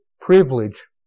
privilege